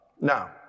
Now